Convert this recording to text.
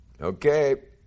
okay